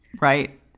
Right